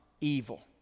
evil